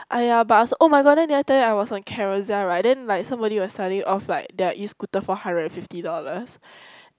(aiya) but I also [oh]-my-god then did I tell you I was on Carousell right then like somebody was selling off like their E-Scooter for hundred and fifty dollars